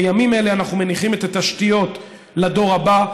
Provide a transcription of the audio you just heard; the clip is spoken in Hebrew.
בימים אלה אנחנו מניחים את התשתיות לדור הבא,